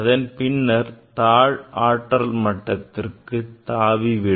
அதன் பின்னர் தாழ்ஆற்றல் மட்டத்திற்கு தாவி விடும்